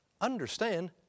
Understand